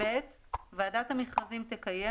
(ב)ועדת המכרזים תקיים,